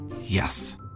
Yes